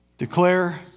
Declare